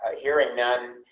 ah hearing none,